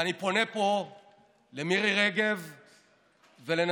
ואני פונה פה למירי רגב ולנתניהו,